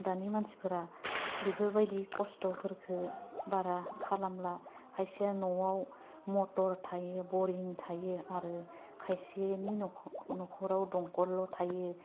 दानि मानसिफोरा बेफोराबायदि खस्थफोरखो बारा खालामला खायसेआ न'आव मटर थायो बरिं थायो आरो खायसेनि नखराव दमखल' थायो